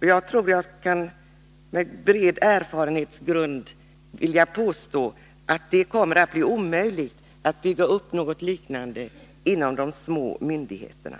Jag vill påstå, mot bakgrund av en bred erfarenhet, att det kommer att bli omöjligt att bygga upp något liknande inom de små myndigheterna.